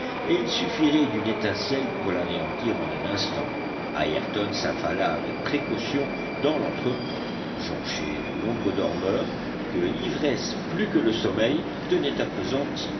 et il suffirait d'une étincelle pour l'anéantir en un instant ayrton s'affala avec précaution dans lentre pont jonché de nombreux dormeurs que l'ivresse plus que le sommeil tenait appesantis